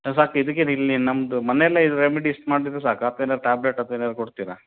ಸಾಕು ಇದಕ್ಕೆ ಇಲ್ಲಿ ನಮ್ಮದು ಮನೇಲೇ ರಿಮಿಡೀಸ್ ಮಾಡಿದರೆ ಸಾಕಾ ಅಥವಾ ಏನಾದ್ರು ಟ್ಯಾಬ್ಲೆಟ್ ಅಥವಾ ಏನಾದ್ರು ಕೊಡ್ತೀರಾ